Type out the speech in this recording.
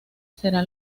será